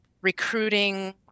recruiting